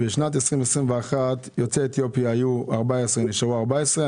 בשנת 2021 יוצאי אתיופיה היו 14 ונשארו 14,